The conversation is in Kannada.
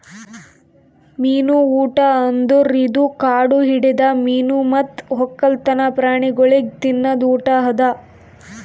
ಮೀನು ಊಟ ಅಂದುರ್ ಇದು ಕಾಡು ಹಿಡಿದ ಮೀನು ಮತ್ತ್ ಒಕ್ಕಲ್ತನ ಪ್ರಾಣಿಗೊಳಿಗ್ ತಿನದ್ ಊಟ ಅದಾ